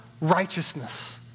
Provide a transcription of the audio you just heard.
righteousness